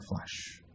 flesh